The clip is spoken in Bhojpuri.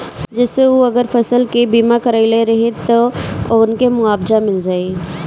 जेसे उ अगर फसल के बीमा करइले रहिये त उनके मुआवजा मिल जाइ